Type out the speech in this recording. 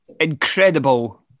incredible